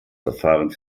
verfahren